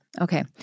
Okay